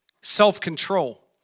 self-control